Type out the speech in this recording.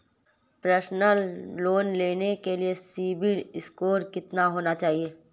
Personal loan लेने के लिए सिबिल स्कोर कितना होना चाहिए?